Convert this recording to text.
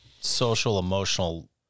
social-emotional